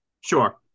Sure